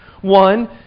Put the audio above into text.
One